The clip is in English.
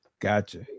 Gotcha